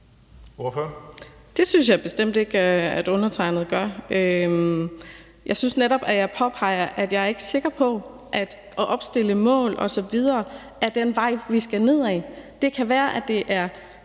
Det synes jeg bestemt ikke undertegnede gør. Jeg synes netop, at jeg påpeger, at jeg ikke er sikker på at det at opstille mål osv. er den vej, vi skal ned ad. Det kan være, at det er